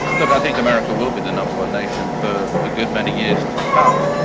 look, i think america will be the number one nation for a good many years to come.